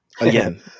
again